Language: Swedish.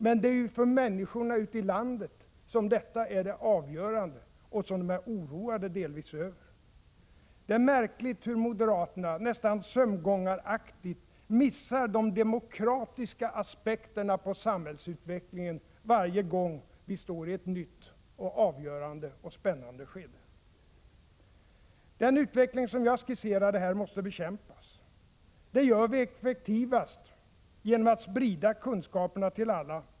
Men för människorna ute i landet är detta det avgörande och det som de delvis är oroade över. Det är märkligt hur moderaterna, nästan sömngångaraktigt, missar de demokratiska aspekterna på samhällsutvecklingen varje gång vi står i ett nytt, avgörande och spännande skede. Den utveckling som jag skisserade här måste bekämpas. Det gör vi effektivast genom att sprida kunskaper till alla.